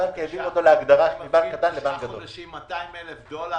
הבנק העביר אותו מהגדרה של חשבון קטן לחשבון גדול.